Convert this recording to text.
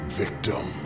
victim